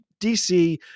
DC